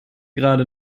gerade